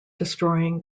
destroying